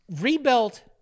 rebuilt